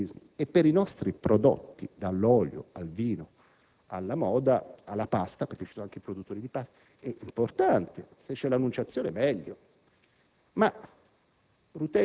perché per il nostro turismo e per i nostri prodotti, dall'olio al vino, alla moda, alla pasta (ci sono anche i produttori di pasta), è importante, se c'è l'«Annunciazione» è meglio;